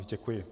Děkuji.